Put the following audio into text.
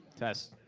test.